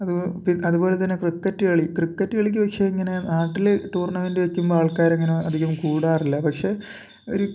അത് അതുപോലെ തന്നെ ക്രിക്കറ്റ് കളി ക്രിക്കറ്റ് കളിക്ക് പക്ഷേ ഇങ്ങനെ നാട്ടിൽ ടൂർണമെൻ്റ് വയ്ക്കുമ്പോൾ ആൾക്കാർ അങ്ങനെ അധികം കൂടാറില്ല പക്ഷേ ഒരു